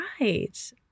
right